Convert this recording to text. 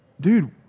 dude